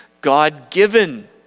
God-given